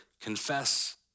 confess